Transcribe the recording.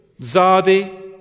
Zadi